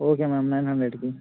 okay ma'am nine హండ్రెడ్కి